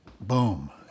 boom